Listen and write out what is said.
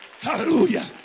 Hallelujah